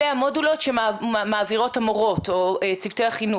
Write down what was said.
אלה המודולות שמעבירות המורות או צוותי החינוך.